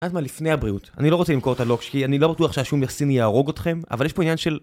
יודעת מה, לפני הבריאות, אני לא רוצה למכור ת'לוקש כי אני לא בטוח שהשום הסיני יהרוג אותכם אבל יש פה עניין של...